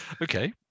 Okay